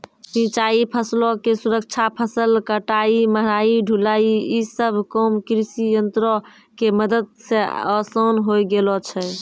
सिंचाई, फसलो के सुरक्षा, फसल कटाई, मढ़ाई, ढुलाई इ सभ काम कृषियंत्रो के मदत से असान होय गेलो छै